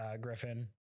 griffin